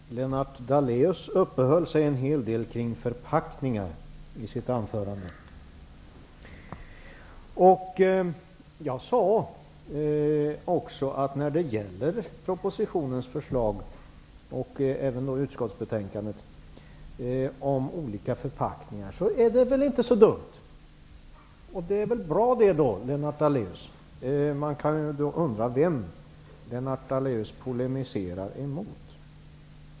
Herr talman! Lennart Daléus uppehöll sig en hel del kring förpackningar i sitt anförande. Jag sade också att propositionens förslag och utskottets hemställan vad gäller olika förpackningar inte är så dumma. Det är väl bra då, Lennart Daléus. Man kan undra vem Lennart Daléus polemiserar emot.